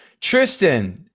Tristan